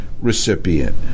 recipient